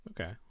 Okay